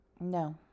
No